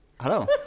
Hello